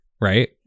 right